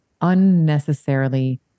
unnecessarily